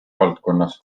valdkonnas